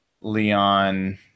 Leon –